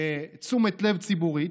תשומת לב ציבורית,